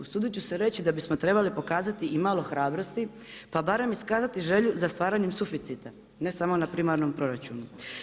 Usudit ću se reći da bismo trebali pokazati i malo hrabrosti pa barem iskazati želju za stvaranjem suficita ne samo na primarnom proračunu.